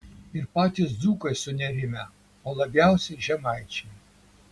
ir patys dzūkai sunerimę o labiausiai žemaičiai